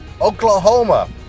Oklahoma